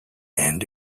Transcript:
and